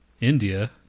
India